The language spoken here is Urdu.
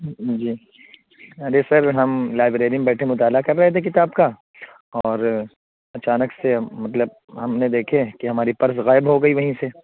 جی ارے سر ہم لائبریری میں بیٹھے مطالعہ کر رہے تھے کتاب کا اور اچانک سے مطلب ہم نے دیکھے کہ ہماری پرس غائب ہو گئی وہیں سے